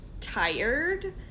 tired